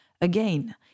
again